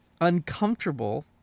uncomfortable